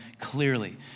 clearly